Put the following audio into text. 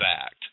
fact